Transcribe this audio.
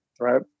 right